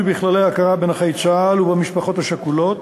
בכללי ההכרה בנכי צה"ל ובמשפחות השכולות,